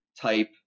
type